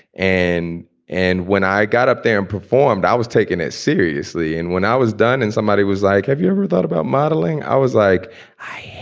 and and when i got up there and performed, i was taken seriously and when i was done and somebody was like, have you ever thought about modeling? i was like